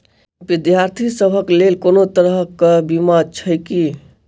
विद्यार्थी सभक लेल कोनो तरह कऽ बीमा छई की?